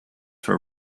for